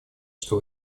что